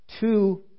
two